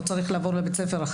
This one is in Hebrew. או צריך לעבור לבית-ספר.